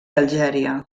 algèria